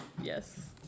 yes